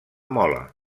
mola